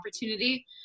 opportunity